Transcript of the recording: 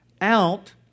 out